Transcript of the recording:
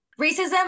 racism